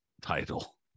title